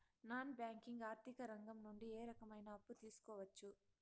Non banking ఆర్థిక రంగం నుండి ఏ రకమైన అప్పు తీసుకోవచ్చు?